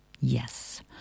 Yes